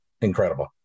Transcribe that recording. incredible